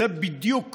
זה בדיוק